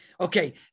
Okay